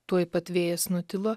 tuoj pat vėjas nutilo